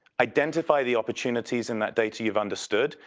identify the opportunities in that data you've understood,